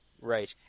Right